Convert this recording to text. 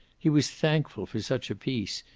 he was thankful for such a peace,